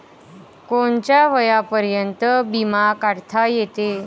कोनच्या वयापर्यंत बिमा काढता येते?